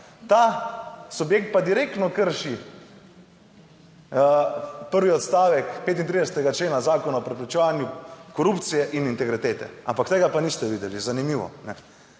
Ta subjekt pa direktno krši prvi odstavek 35. člena Zakona o preprečevanju korupcije in integritete, ampak tega pa niste videli. Zanimivo?